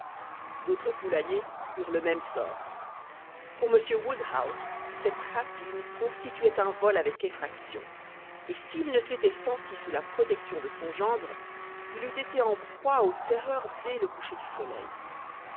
d'autres poulaillers eurent le même sort pour m woodhouse cette rapine constituait un vol avec effraction et s'il ne s'était senti sous la protection de son gendre il eut été en proie aux terreurs dès le coucher du soleil